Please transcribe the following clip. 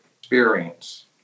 experience